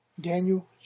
Daniel